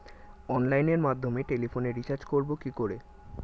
অনলাইনের মাধ্যমে টেলিফোনে রিচার্জ করব কি করে?